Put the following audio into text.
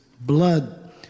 blood